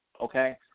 okay